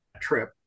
trip